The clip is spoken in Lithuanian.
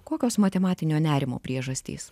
kokios matematinio nerimo priežastys